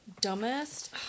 Dumbest